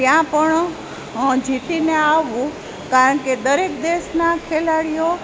ત્યાં પણ જીતીને આવવું કારણ કે દરેક દેશના ખેલાડીઓ